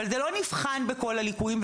אבל זה לא נבחן בכל הליקויים,